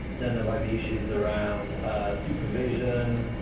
then there might be issues around supervision,